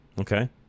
Okay